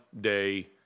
Day